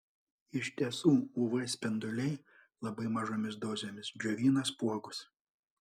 iš tiesų uv spinduliai labai mažomis dozėmis džiovina spuogus